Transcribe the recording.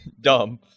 dumb